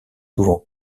souvent